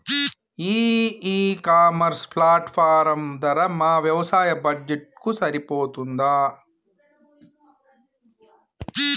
ఈ e commerce platform ధర మా వ్యవసాయ బడ్జెట్ కు సరిపోతుందా?